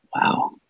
wow